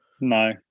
No